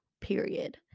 Period